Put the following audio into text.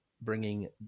bringing